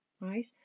right